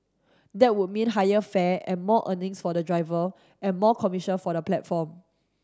that would mean higher fare and more earnings for the driver and more commission for the platform